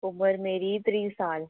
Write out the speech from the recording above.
उमर मेरी त्रीह् साल